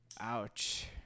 ouch